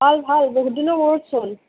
ভাল ভাল বহুত দিনৰ মূৰতচোন